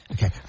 Okay